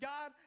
God